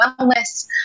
wellness